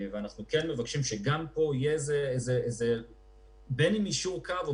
אנחנו מבקשים שיהיה פה איזה יישור קו או